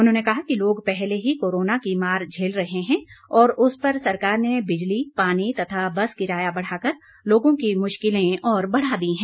उन्होंने कहा कि लोग पहले की कोरोना की मार झेल रहे हैं और उस पर सरकार ने बिजली पानी तथा बस किराया बढ़ाकर लोगों की मुश्किलें और बढ़ा दी हैं